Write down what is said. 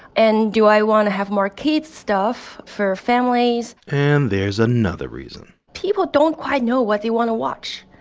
and do i want to have more kids' stuff for families? and there's another reason people don't quite know what they want to watch.